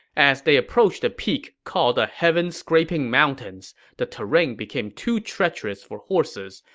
as they approached a peak called the heaven-scraping mountains, the terrain became too treacherous for horses,